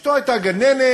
אשתו הייתה גננת,